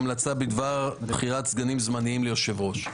המלצה בדבר בחירת סגנים זמניים ליושב-ראש.